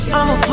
I'ma